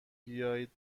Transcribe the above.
بیایید